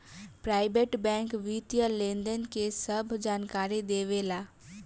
private bank वित्तीय लेनदेन के सभ जानकारी देवे ला